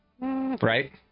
right